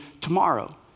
tomorrow